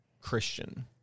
Christian